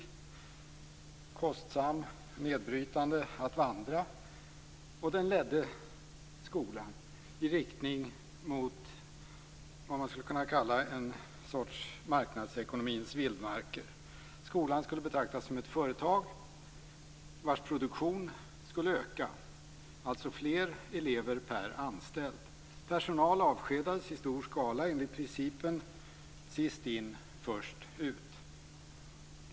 Den var kostsam och nedbrytande att vandra. Den ledde skolan i riktning mot vad man skulle kunna kalla en sorts marknadsekonomins vildmarker. Skolan skulle betraktas som ett företag vars produktion skulle öka. Det skulle alltså vara fler elever per anställd. Personal avskedades i stor skala enligt principen sist in-först ut.